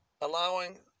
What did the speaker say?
allowing